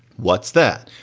what's that?